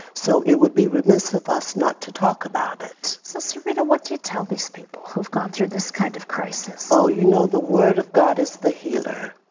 so it would be remiss of us not to talk about it. so serita, what do you tell these people who have gone through this kind of crisis? you know the word of god is the healer.